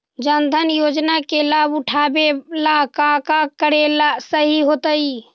जन धन योजना के लाभ उठावे ला का का करेला सही होतइ?